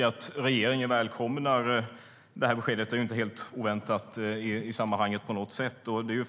Att regeringen välkomnar det beskedet är inte helt oväntat på något sätt.